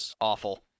Awful